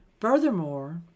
Furthermore